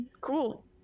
Cool